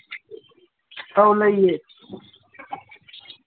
ꯑꯧ ꯂꯩꯌꯦ